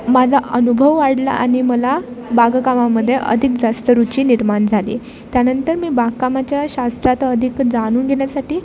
माझा अनुभव वाढला आणि मला बागकामामध्ये अधिक जास्त रुची निर्माण झाली त्यानंतर मी बागकामाच्या शास्त्रात अधिक जानून घेण्यासाठी